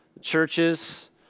churches